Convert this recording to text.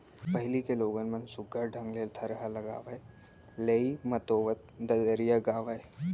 पहिली के लोगन मन सुग्घर ढंग ले थरहा लगावय, लेइ मतोवत ददरिया गावयँ